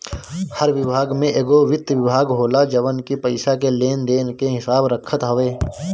हर विभाग में एगो वित्त विभाग होला जवन की पईसा के लेन देन के हिसाब रखत हवे